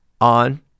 on